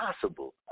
possible